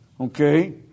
Okay